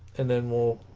and then we'll